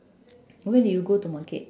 when did you go to market